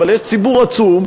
אבל יש ציבור עצום,